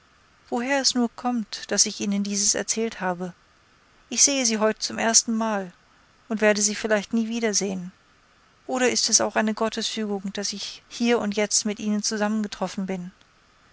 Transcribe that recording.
woher es nur kommt daß ich ihnen dies erzählt habe ich sehe sie heut zum erstenmal und werde sie vielleicht nie wiedersehen oder ist es auch eine gottesfügung daß ich hier und jetzt mit ihnen zusammengetroffen bin